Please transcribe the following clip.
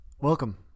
Welcome